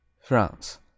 France